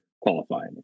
qualifying